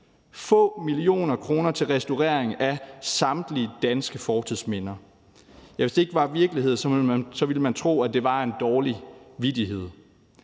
få millioner kroner til restaurering af samtlige danske fortidsminder. Hvis det ikke var virkelighed, ville man tro, at det var en dårlig vittighed.